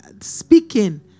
speaking